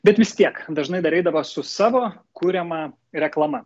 bet vis tiek dažnai dar eidavo su savo kuriama reklama